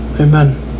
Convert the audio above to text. Amen